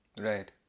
Right